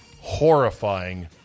horrifying